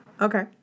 Okay